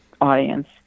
audience